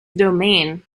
domain